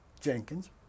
Jenkins